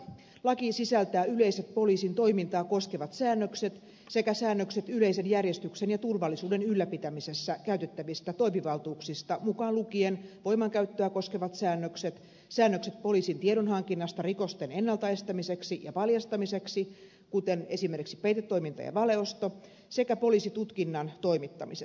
laki sisältää yleiset poliisin toimintaa koskevat säännökset sekä säännökset yleisen järjestyksen ja turvallisuuden ylläpitämisessä käytettävistä toimivaltuuksista mukaan lukien voimankäyttöä koskevat säännökset säännökset poliisin tiedonhankinnasta rikosten ennalta estämiseksi ja paljastamiseksi kuten esimerkiksi peitetoiminnasta ja valeostosta sekä poliisitutkinnan toimittamisesta